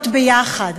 להיות ביחד,